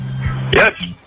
Yes